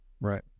Right